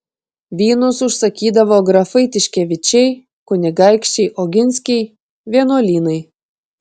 vynus užsakydavo grafai tiškevičiai kunigaikščiai oginskiai vienuolynai